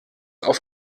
auf